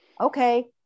okay